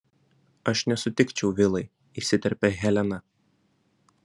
aš nesutikčiau vilai įsiterpia helena